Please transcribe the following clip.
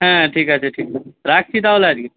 হ্যাঁ ঠিক আছে ঠিক আছে রাখছি তাহলে আজকে